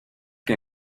que